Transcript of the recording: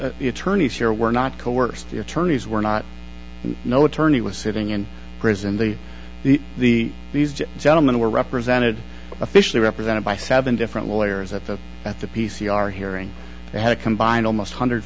is the attorneys here were not coerced your term is we're not no attorney was sitting in prison the the the these gentlemen were represented officially represented by seven different lawyers at the at the p c r here and they had a combined almost one hundred and